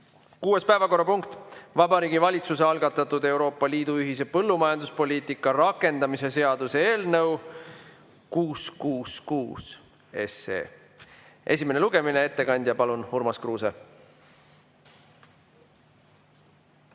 Kuues päevakorrapunkt: Vabariigi Valitsuse algatatud Euroopa Liidu ühise põllumajanduspoliitika rakendamise seaduse eelnõu 666 esimene lugemine. Ettekandjaks palun Urmas Kruuse.